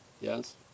Yes